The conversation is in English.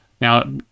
now